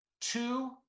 two